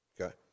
okay